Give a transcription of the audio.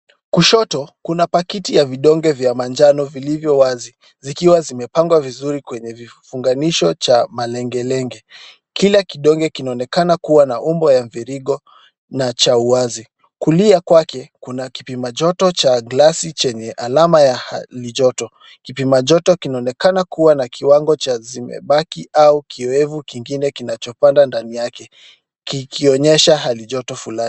Kushoto kuna pakiti ya vidonge vya manjano vilivyo wazi zikiwa zimepangwa vizuri kwenye vifunganisho cha malengelenge. Kila kidonge kinaonekana kuwa na umbo ya mviringo na cha uwazi. Kulia kwake kuna kipima joto cha glasi chenye alama ya hali joto. Kipima joto kinaonekana kuwa na kiwango cha zimebaki au kiwevu kingine kinachopanda ndani yake kikionyesha hali joto fulani.